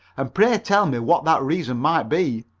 and pray tell me what that reason might be?